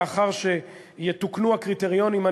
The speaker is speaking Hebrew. לאחר שיתוקנו הקריטריונים,